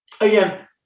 Again